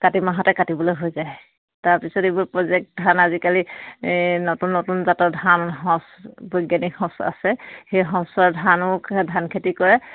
কাতি মাহতে কাটিবলৈ হৈ যায় তাৰপিছত এইবোৰ প্ৰজেক ধান আজিকালি নতুন নতুন জাতৰ ধান সঁচ বৈজ্ঞানিক সঁচ আছে সেই সঁচৰ ধানো ধান খেতি কৰে